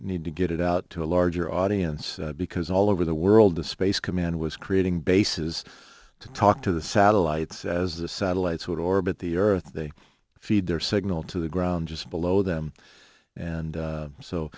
need to get it out to a larger audience because all over the world the space command was creating bases to talk to the satellites as the satellites would orbit the earth they feed their signal to the ground just below them and